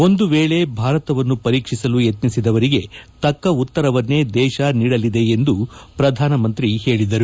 ಒಂದು ವೇಳೆ ಭಾರತವನ್ನು ಪರೀಕ್ಷಿಸಲು ಯತ್ನಿಸಿದವರಿಗೆ ತಕ್ಕ ಉತ್ತರವನ್ನೇ ದೇಶ ನೀಡಲಿದೆ ಎಂದು ಪ್ರಧಾನಮಂತ್ರಿ ಹೇಳಿದರು